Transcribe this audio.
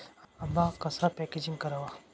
आंबा कसा पॅकेजिंग करावा?